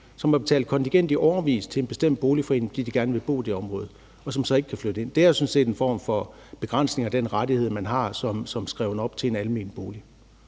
som har betalt kontingent i årevis til en bestemt boligforening, fordi de gerne vil bo i det område, og som så ikke kan flytte ind. Det er jo sådan set en form for begrænsning af den rettighed, man har som skrevet op til en almen bolig.